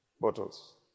bottles